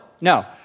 no